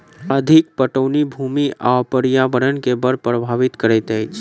अधिक पटौनी भूमि आ पर्यावरण के बड़ प्रभावित करैत अछि